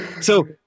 So-